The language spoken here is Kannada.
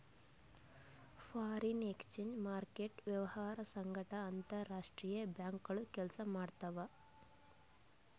ಫಾರೆನ್ ಎಕ್ಸ್ಚೇಂಜ್ ಮಾರ್ಕೆಟ್ ವ್ಯವಹಾರ್ ಸಂಗಟ್ ಅಂತರ್ ರಾಷ್ತ್ರೀಯ ಬ್ಯಾಂಕ್ಗೋಳು ಕೆಲ್ಸ ಮಾಡ್ತಾವ್